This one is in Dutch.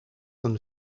een